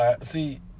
See